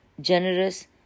generous